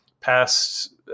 past